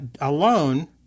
alone